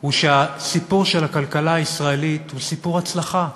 הוא שהסיפור של הכלכלה הישראלית הוא סיפור הצלחה,